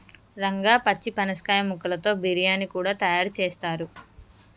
రంగా పచ్చి పనసకాయ ముక్కలతో బిర్యానీ కూడా తయారు చేస్తారు